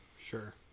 Sure